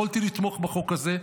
יכולתי לתמוך בחוק הזה,